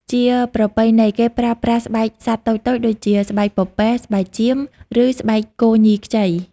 ជាប្រពៃណី គេប្រើប្រាស់ស្បែកសត្វតូចៗ ដូចជា ស្បែកពពែ ស្បែកចៀម ឬស្បែកគោញីខ្ចី។